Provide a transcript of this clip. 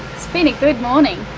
it's been a good morning.